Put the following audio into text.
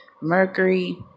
Mercury